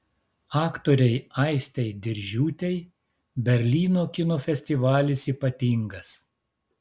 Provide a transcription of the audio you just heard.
aktorei aistei diržiūtei berlyno kino festivalis ypatingas